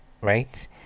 right